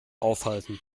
aufhalten